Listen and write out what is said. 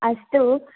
अस्तु